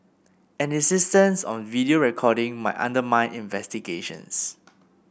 an insistence on video recording might undermine investigations